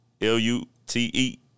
L-U-T-E